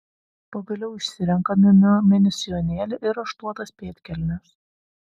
pagaliau išsirenka miu miu mini sijonėlį ir raštuotas pėdkelnes